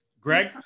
Greg